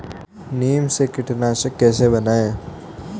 नीम से कीटनाशक कैसे बनाएं?